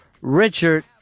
Richard